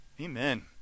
Amen